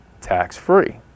Tax-free